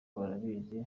urabizi